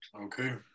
Okay